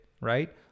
right